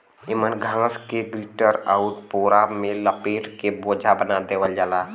एमन घास के गट्ठर आउर पोरा में लपेट के बोझा बना देवल जाला